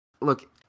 Look